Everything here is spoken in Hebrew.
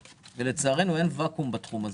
ולצערנו אין ואקום בתחום הזה.